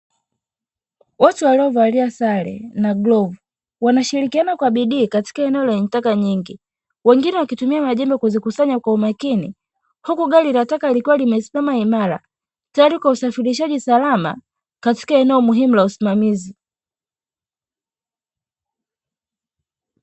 Watu waliovalia sare na glovu, wanashirikiana kwa bidii katika eneo lenye taka nyingi, wengine wakitumia majembe kuzikusanya kwa umakini, huku gari la taka likiwa limesimama imara, tayari kwa usafirishaji salama katika eneo muhimu la usimamizi.